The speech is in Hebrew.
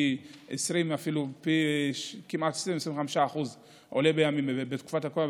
שעולה ב-20%-25% בתקופת הקורונה.